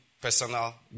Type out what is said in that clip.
personal